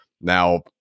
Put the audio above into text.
now